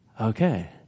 Okay